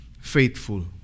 faithful